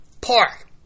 Park